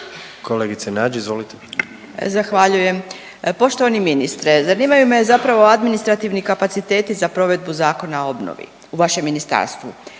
(Socijaldemokrati)** Zahvaljujem. Poštovani ministre, zanimaju me zapravo administrativni kapaciteti za provedbu Zakona o obnovi u vašem ministarstvu.